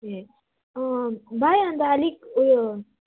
ए भाइ अन्त अलिक उयो